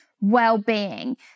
well-being